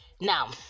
Now